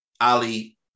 Ali